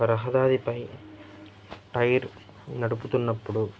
రహదారిపై టైర్ నడుపుతున్నప్పుడు